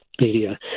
media